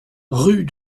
rue